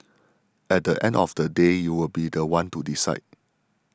at the end of the day you will be the one to decide